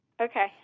Okay